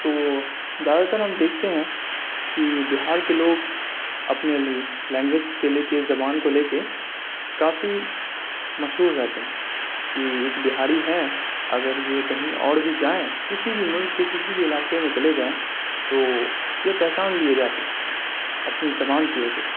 تو زیادہ تر ہم دیکھتے ہیں کہ بہار کے لوگ اپنے لینگویج کے لے کے زبان کو لے کے کافی مشہور رہتے ہیں کہ ایک بہاری ہے اگر یہ کہیں اور بھی جائیں کسی بھی ملک کے کسی بھی علاقے میں چلے جائیں تو یہ پہچان لیے جاتے ہیں اپنی زبان کی وجہ سے